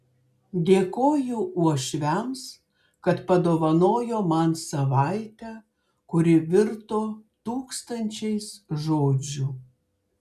dėkoju uošviams kad padovanojo man savaitę kuri virto tūkstančiais žodžių